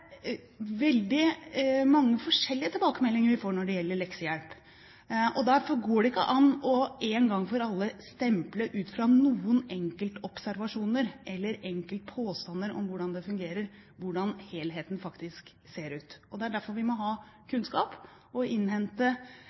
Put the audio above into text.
veldig mange forskjellige tilbakemeldinger vi får når det gjelder leksehjelp. Derfor går det ikke an én gang for alle å stemple ut fra noen enkeltobservasjoner, eller enkeltpåstander om hvordan det fungerer, hvordan helheten faktisk ser ut. Det er derfor vi må ha kunnskap og innhente